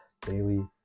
daily